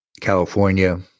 California